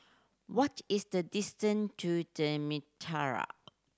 what is the distant to The Mitraa